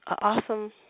awesome